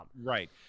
right